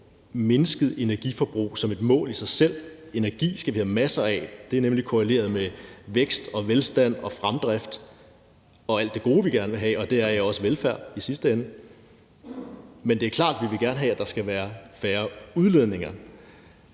ikke på et mindsket energiforbrug som et mål i sig selv. Energi skal vi have masser af, for det er nemlig korreleret med vækst og velstand og fremdrift og alt det gode, vi gerne vil have, og deraf i sidste ende jo også velfærd. Det er klart, at vi gerne vil have, at der skal være færre udledninger.